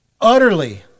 Utterly